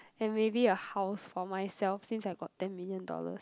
and maybe a house for myself since I got ten million dollars